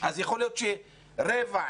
אולי רבע,